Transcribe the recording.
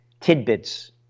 tidbits